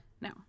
No